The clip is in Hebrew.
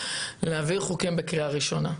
להעביר חוקים בקריאה ראשונה,